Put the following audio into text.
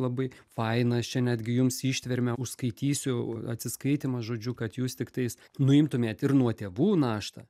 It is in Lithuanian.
labai faina aš čia netgi jums ištvermę užskaitysiu atsiskaitymą žodžiu kad jūs tiktais nuimtumėt ir nuo tėvų naštą